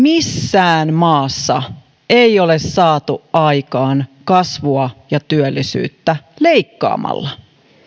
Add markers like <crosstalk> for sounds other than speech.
<unintelligible> missään maassa ei ole saatu aikaan kasvua ja työllisyyttä leikkaamalla